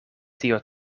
tio